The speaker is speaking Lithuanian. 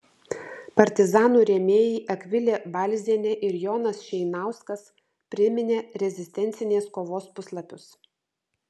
partizanų rėmėjai akvilė balzienė ir jonas šeinauskas priminė rezistencinės kovos puslapius